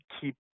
keep